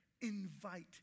Invite